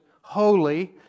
holy